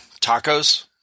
tacos